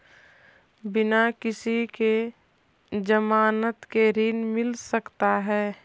बिना किसी के ज़मानत के ऋण मिल सकता है?